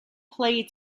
played